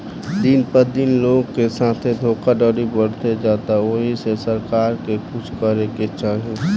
दिन प दिन लोग के साथे धोखधड़ी बढ़ते जाता ओहि से सरकार के कुछ करे के चाही